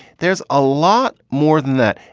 there's a lot more than that.